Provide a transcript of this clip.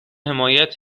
حمایت